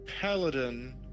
Paladin